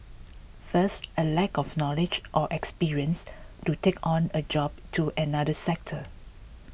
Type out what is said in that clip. first a lack of knowledge or experience to take on a job to another sector